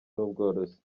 n’ubworozi